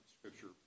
Scripture